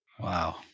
Wow